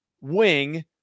wing